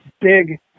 big